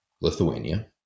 Lithuania